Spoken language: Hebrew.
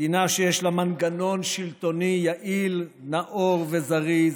מדינה שיש לה מנגנון שלטוני יעיל, נאור וזריז,